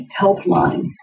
helpline